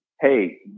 hey